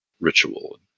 ritual